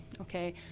Okay